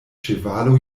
ĉevalo